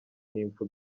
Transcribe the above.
n’impfu